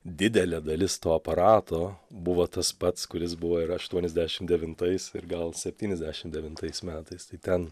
didelė dalis to aparato buvo tas pats kuris buvo ir aštuoniasdešim devintais ir gal septyniasdešim devintais metais tai ten